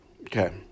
Okay